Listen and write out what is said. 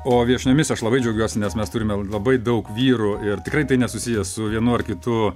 o viešniomis aš labai džiaugiuosi nes mes turime labai daug vyrų ir tikrai tai nesusiję su vienu ar kitu